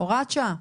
הוראת שעה.